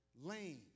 Lame